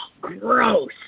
gross